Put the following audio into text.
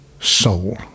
soul